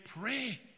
pray